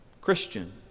Christian